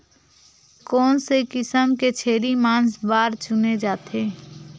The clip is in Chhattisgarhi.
कोन से किसम के छेरी मांस बार चुने जाथे?